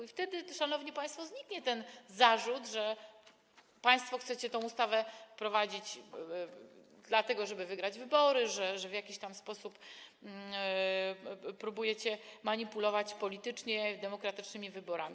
I wtedy, szanowni państwo, zniknie ten zarzut, że państwo chcecie tę ustawę wprowadzić dlatego, żeby wygrać wybory, że w jakiś tam sposób próbujecie manipulować politycznie demokratycznymi wyborami.